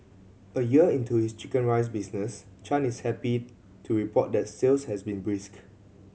a year into his chicken rice business Chan is happy to report that sales has been brisk